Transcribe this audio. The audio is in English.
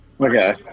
Okay